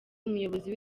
umuyobozi